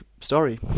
story